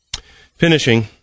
Finishing